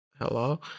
hello